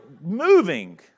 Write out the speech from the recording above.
moving